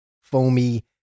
foamy